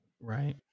Right